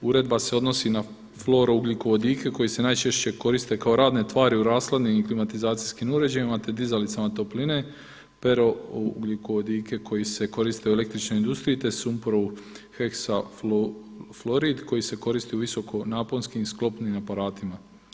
Uredba se odnosi na fluorougljikovodike koji se najčešće koriste kao radne tvari u rashladnim i klimatizacijskim uređajima te dizalicama topline, perougljikovodike koji se koriste u električnoj industriji te sumporovu heksafluorid koji se koristi u visoko naponskim sklopnim aparatima.